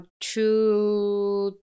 two